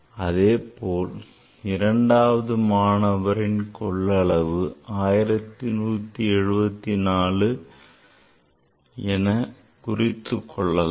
அதேபோல் இரண்டாம் மாணவர் கொள்ளளவை 1174 என குறித்துக் கொள்ளலாம்